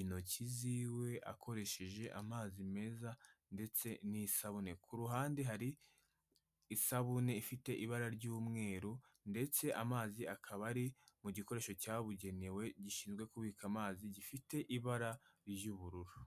intoki z'iwe, akoresheje amazi meza ndetse n'isabune, ku ruhande hari isabune ifite ibara ry'umweru ndetse amazi akaba ari mu gikoresho cyabugenewe gishinzwe kubika amazi gifite ibara ry'ubururu.